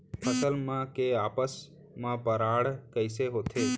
फसल मन के आपस मा परागण कइसे होथे?